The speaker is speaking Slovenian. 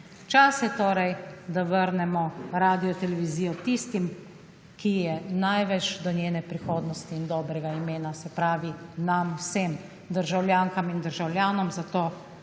Čas je torej, da vrnemo radiotelevizijo tistim, ki jim je največ do njene prihodnosti in dobrega imena. Se pravi, nam vsem, državljankam in državljanom. Zato naj